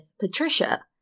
Patricia